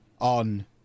on